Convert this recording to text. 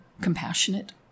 compassionate